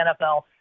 NFL